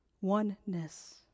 oneness